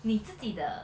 你自己的